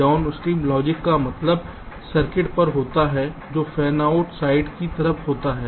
downstream logic का मतलब circuit पर होता है जो फैनआउट साइड की तरफ होता है